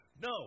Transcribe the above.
No